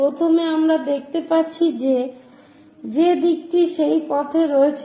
প্রথমে আমরা দেখতে পাচ্ছি যে দিকটি সেই পথে রয়েছে